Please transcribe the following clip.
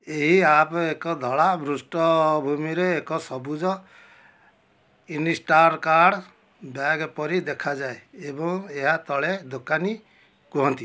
ଏହି ଆପ୍ ଏକ ଧଳା ପୃଷ୍ଠଭୂମିରେ ଏକ ସବୁଜ ଇନିଷ୍ଟାର କାର୍ଡ଼୍ ବ୍ୟାଗ୍ ପରି ଦେଖାଯାଏ ଏବଂ ଏହା ତଳେ ଦୋକାନୀ କୁହଁନ୍ତି